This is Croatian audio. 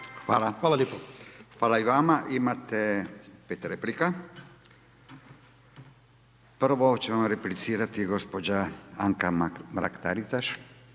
Hvala i vama. Imate 5 replika. Prvo će vam replicirati gospođa Anka Mrak-Taritaš.